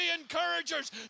encouragers